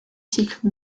cycle